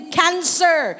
cancer